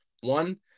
One